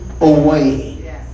away